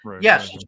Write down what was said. Yes